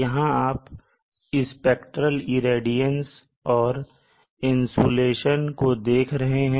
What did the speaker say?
यहां आप spectral radiance और इंसुलेशन in kWm2 को देख रहे हैं